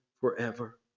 forever